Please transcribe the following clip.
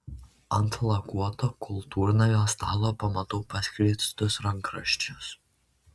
ant lakuoto kultūrnamio stalo pamatau paskleistus rankraščius